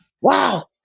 Wow